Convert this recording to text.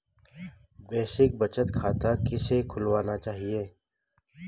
Basic बचत खाता किसे खुलवाना चाहिए?